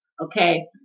okay